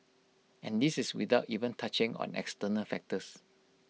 and this is without even touching on external factors